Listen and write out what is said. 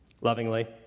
lovingly